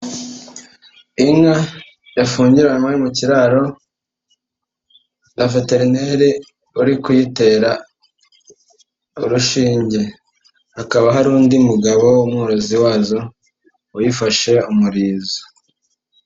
Inka yafungiranywe mu kiraro, na veterineri uri kuyitera urushinge, hakaba hari undi mugabo umworozi wazo, uyifashe umurizo.